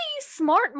Smart